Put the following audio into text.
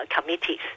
committees